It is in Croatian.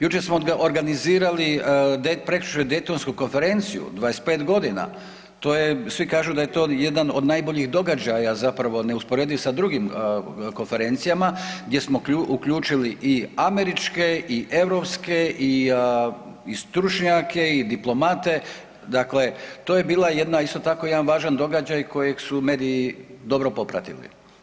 Jučer smo organizirali, prekjučer Daytonsku konferenciju, 25 g., to je svi kažu da je to jedan od najboljih događaja zapravo, neusporediv sa drugim konferencijama gdje smo uključili i američke i europske i stručnjake i diplomate, dakle to je bila jedna, isto tako jedan važan događaj kojeg su mediji dobro popratili.